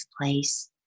place